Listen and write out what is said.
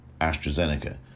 AstraZeneca